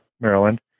Maryland